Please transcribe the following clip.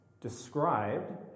described